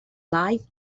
life